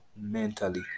mentally